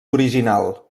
original